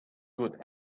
good